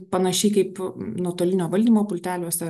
panašiai kaip nuotolinio valdymo pulteliuose